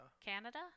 Canada